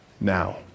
now